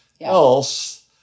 else